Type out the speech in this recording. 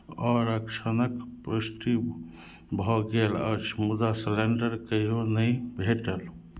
आरक्षणक पुष्टि भऽ गेल अछि मुदा सलेण्डर कहियो नहि भेटल